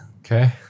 Okay